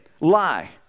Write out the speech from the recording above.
Lie